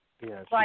Yes